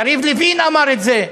יריב לוין אמר את זה.